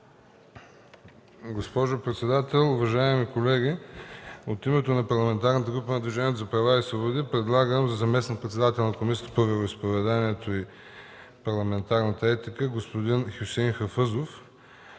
Госпожо председател, уважаеми колеги! От името на Парламентарната група на Движението за права и свободи предлагам за заместник-председател на Комисията по вероизповеданията и парламентарната етика господин Хюсеин Хафъзов,